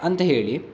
ಅಂತ ಹೇಳಿ